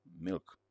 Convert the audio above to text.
milk